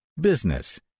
business